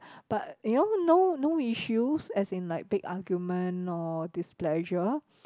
but you know no no issues as in like big argument or displeasure